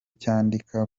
cyandika